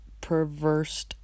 perverse